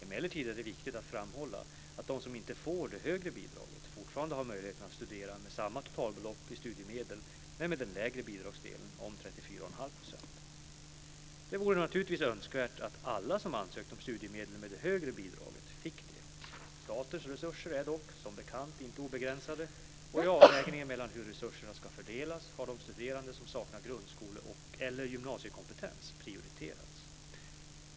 Emellertid är det viktigt att framhålla att de som inte får det högre bidraget fortfarande har möjligheten att studera med samma totalbelopp i studiemedel, men med den lägre bidragsdelen om 34,5 %. Det vore naturligtvis önskvärt att alla som ansökt om studiemedel med det högre bidraget fick det. Statens resurser är dock, som bekant, inte obegränsade, och i avvägningen mellan hur resurserna ska fördelas har de studerande som saknar grundskole eller gymnasiekompetens prioriterats.